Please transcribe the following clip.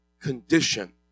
condition